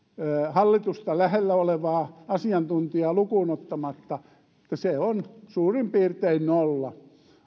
hallitusta lähellä olevaa asiantuntijaa lukuun ottamatta että se on suurin piirtein nolla